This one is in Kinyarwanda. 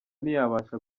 ntiyabasha